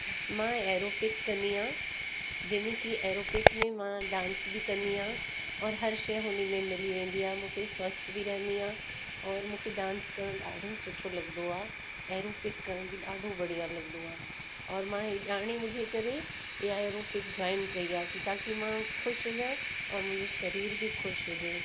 मां एरोबिक कंदी आहियां जंहिंमें की एरोबिक में मां डांस बि कंदी आहियां औरि हर शइ उनी में मिली वेंदी आहे मूंखे मां स्वस्थ बि रहंदी आहियां और मूंखे डांस करणु ॾाढो सुठो लॻंदो आहे एरोबिक बि करणु ॾाढो बढ़िया लॻंदो आहे औरि मां ॼाणे बुझे करे इहा एरोबिक जॉइन कई आहे ताकी मां ख़ुशि हुजां और मुंहिंजो शरीर बि ख़ुशि हुजे